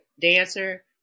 dancer